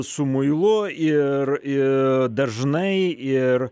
su muilu ir ir dažnai ir